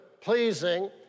pleasing